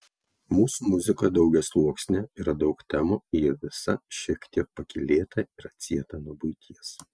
mūsų muzika daugiasluoksnė yra daug temų ji visa šiek tiek pakylėta ir atsieta nuo buities